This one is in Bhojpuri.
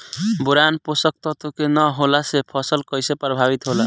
बोरान पोषक तत्व के न होला से फसल कइसे प्रभावित होला?